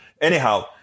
Anyhow